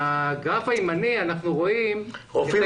בגרף הימני אנחנו רואים שהרופאים